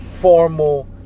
formal